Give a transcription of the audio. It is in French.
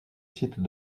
site